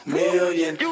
million